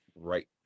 right